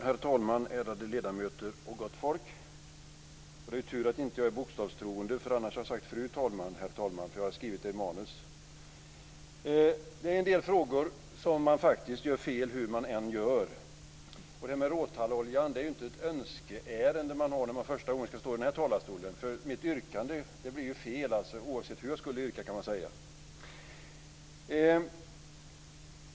Herr talman! Ärade ledamöter! Gott folk! I en del frågor gör man fel hur man än gör. Detta med råtallolja är ju inte ett önskeärende när man för första gången skall stå i talarstolen. Mitt yrkande blir fel oavsett hur jag yrkar, skulle man kunna säga.